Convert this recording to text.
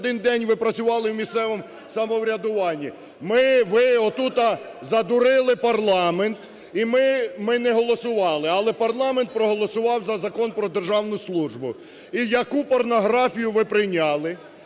ви працювали в місцевому самоврядуванні? Ми, ви, отут задурили парламент і ми, ми не голосували, але парламент проголосував за Закон про державну службу. І яку порнографію ви прийняли?